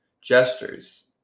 gestures